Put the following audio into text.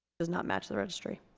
does not match the registry